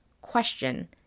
question